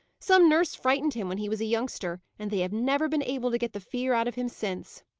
some nurse frightened him when he was a youngster, and they have never been able to get the fear out of him since.